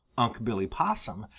unc' billy possum,